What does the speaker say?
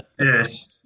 Yes